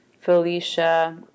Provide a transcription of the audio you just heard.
Felicia